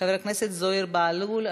חבר הכנסת זוהיר בהלול,